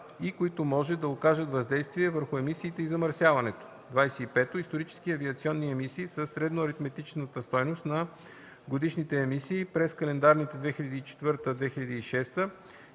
и които може да окажат въздействие върху емисиите и замърсяването. 25. „Исторически авиационни емисии” са средноаритметичната стойност на годишните емисии през календарните години 2004